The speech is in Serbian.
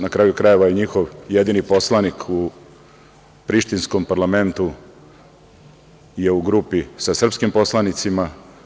Na kraju krajeva, njihov jedini poslanik u prištinskom parlamentu je u grupi sa srpskim poslanicima.